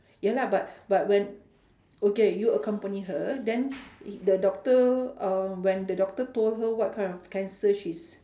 ya lah but but when okay you accompany her then the doctor uh when the doctor told her what kind of cancer she's